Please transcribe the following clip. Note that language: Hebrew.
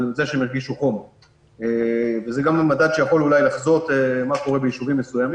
היו מספר ישובים שסייענו להם יחד עם פיקוד העורף